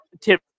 tip